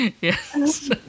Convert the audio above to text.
Yes